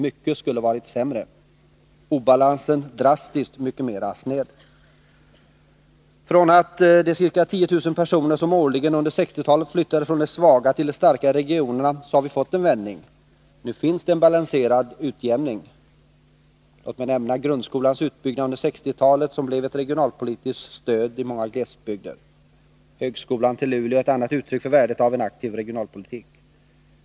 Mycket skulle ha varit sämre och obalansen drastiskt mycket snedare. Från att ca 10 000 personer årligen under 1960-talet flyttade från de svaga till de starkare regionerna har vi fått en vändning. Nu finns det en balanserad utjämning. Låt mig nämna grundskolans utbyggnad under 1960-talet, som blev ett regionalpolitiskt ”stöd” i många glesbygder. Högskolan till Luleå är ett annat uttryck för värdet av en aktiv regionalpolitik.